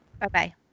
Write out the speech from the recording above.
Bye-bye